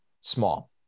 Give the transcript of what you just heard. small